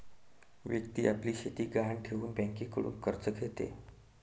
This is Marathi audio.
व्यक्ती आपली शेती गहाण ठेवून बँकेकडून कर्ज घेते